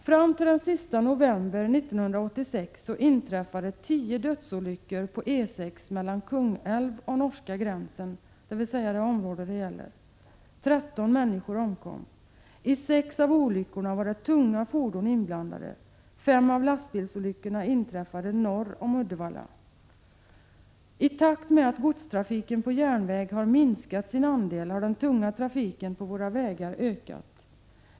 Fram till den 30 november 1986 inträffade 10 dödsolyckor på E 6 mellan Kungälv och norska gränsen, dvs. det område detta gäller. 13 människor omkom. I 6 av olyckorna var tunga fordon inblandade. 5 av lastbilsolyckorna inträffade norr om Uddevalla. I takt med att godstrafiken på järnväg har minskat sin andel har den tunga trafiken på våra vägar ökat.